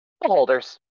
beholders